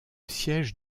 siège